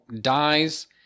dies